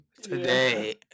Today